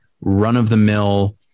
run-of-the-mill